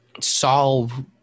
solve